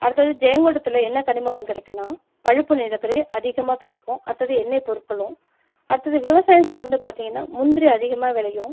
அடுத்தது ஜெயங்கொண்டத்தில் என்ன கனிம வளம் கிடைக்குன்னா பழுப்பு நிலக்கரி அதிகமாக கிடைக்கும் அடுத்தது எண்ணெய் பொருட்களும் அடுத்தது விவசாயம் சார்ந்து பார்த்தீங்கன்னா முந்திரி அதிகமாக விளையும்